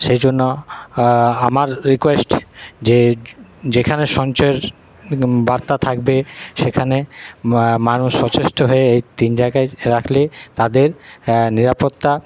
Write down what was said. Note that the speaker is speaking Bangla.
সেই জন্য আমার রিকুয়েস্ট যে যেখানে সঞ্চয়ের বার্তা থাকবে সেখানে মানুষ সচেষ্ট হয়ে তিন জায়গায় রাখলে তাদের নিরাপত্তা